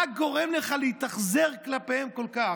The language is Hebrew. מה גורם לך להתאכזר כלפיהן כל כך?